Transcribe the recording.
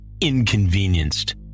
inconvenienced